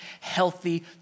healthy